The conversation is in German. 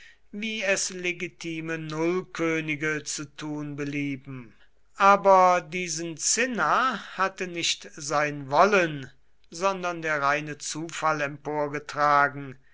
wie es legitime nullkönige zu tun belieben aber diesen cinna hatte nicht sein wollen sondern der reine zufall